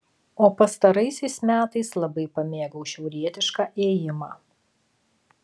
o pastaraisiais metais labai pamėgau šiaurietišką ėjimą